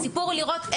הסיפור על לראות,